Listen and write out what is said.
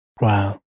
Wow